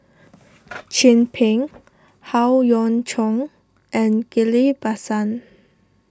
Chin Peng Howe Yoon Chong and Ghillie Basan